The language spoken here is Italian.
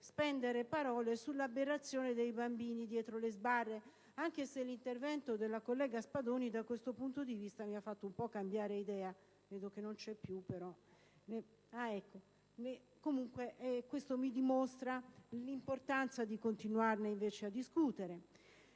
spendere parole sull'aberrazione dei bambini dietro le sbarre, anche se l'intervento della collega Spadoni Urbani, da questo punto di vista, mi ha fatto un po' cambiare idea, nel senso che mi dimostra l'importanza di continuare, invece, a discuterne.